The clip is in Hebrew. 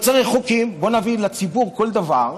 לא צריך חוקים: בוא נביא לציבור כל דבר,